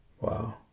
Wow